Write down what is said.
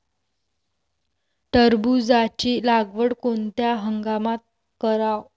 टरबूजाची लागवड कोनत्या हंगामात कराव?